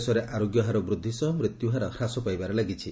ଦେଶରେ ଆରୋଗ୍ୟ ହାର ବୃଦ୍ଧି ସହ ମୃତ୍ୟୁହାର ହ୍ରାସ ପାଇବାରେ ଲାଗିଛି